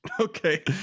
Okay